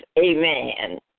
Amen